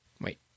Wait